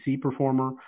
performer